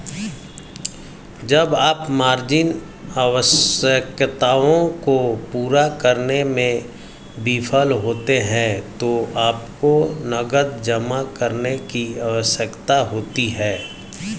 जब आप मार्जिन आवश्यकताओं को पूरा करने में विफल होते हैं तो आपको नकद जमा करने की आवश्यकता होती है